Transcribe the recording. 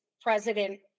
president